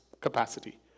capacity